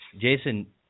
Jason